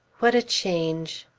what a change!